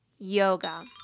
yoga